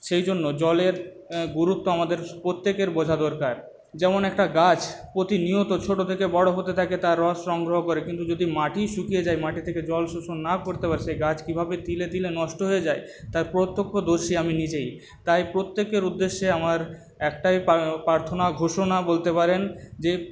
সেই জন্য জলের গুরুত্ব আমাদের প্রত্যেকের বোঝা দরকার যেমন একটা গাছ প্রতিনিয়ত ছোটো থেকে বড়ো হতে থাকে তার রস সংগ্রহ করে কিন্তু যদি মাটিই শুকিয়ে যায় মাটি থেকে জল শোষণ না করতে পারে সে গাছ কীভাবে তিলে তিলে নষ্ট হয়ে যায় তার প্রত্যক্ষদর্শী আমি নিজেই তাই প্রত্যেকের উদ্দেশে আমার একটাই প্রার্থনা ঘোষণা বলতে পারেন যে